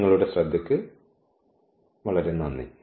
നിങ്ങളുടെ ശ്രദ്ധയ്ക്ക് വളരെ നന്ദി